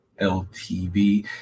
LTV